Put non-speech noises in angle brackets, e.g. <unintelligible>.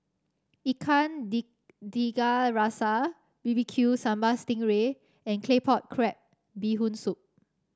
Ikan <unintelligible> Tiga Rasa B B Q Sambal Sting Ray and Claypot Crab Bee Hoon Soup